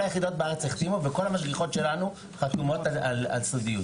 כל היחידות בארץ החתימו וכל המשגיחות שלנו חתומות על סודיות.